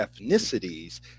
ethnicities